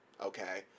okay